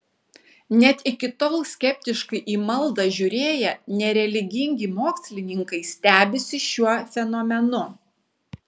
net iki tol skeptiškai į maldą žiūrėję nereligingi mokslininkai stebisi šiuo fenomenu